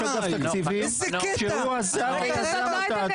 שהוא עשה ויזם אותה,